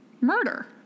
Murder